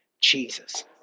Jesus